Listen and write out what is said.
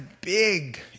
big